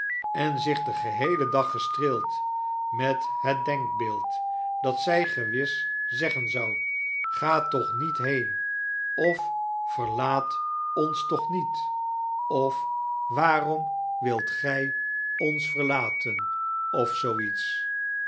en zich den geheelen dag gestreeld met het denkbeeld dat zij gewis zeggen zou ga toch niet heen of sverlaat ons toch niet of waarom wilt gij barnaby rudge i ii barnaby rudge ons verlaten of